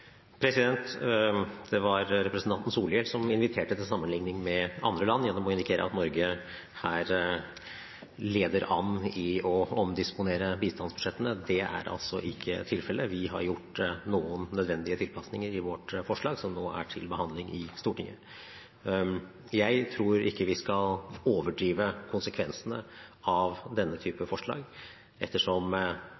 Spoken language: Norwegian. Det var representanten Solhjell som inviterte til sammenligning med andre land gjennom å indikere at Norge her leder an i å omdisponere bistandsbudsjettene. Det er altså ikke tilfellet. Vi har gjort noen nødvendige tilpasninger i vårt forslag, som nå er til behandling i Stortinget. Jeg tror ikke vi skal overdrive konsekvensene av denne type forslag ettersom